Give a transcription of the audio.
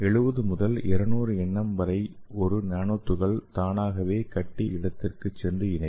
70 முதல் 200 என்எம் வரை ஒரு நானோ துகள்கள் தானாகவே கட்டி இடத்திற்குச் சென்று இணையும்